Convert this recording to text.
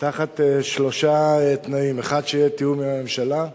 תחת שלושה תנאים: 1. שיהיה תיאום עם הממשלה,